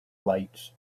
lights